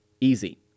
easy